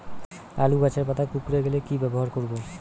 আলুর গাছের পাতা কুকরে গেলে কি ব্যবহার করব?